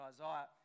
Isaiah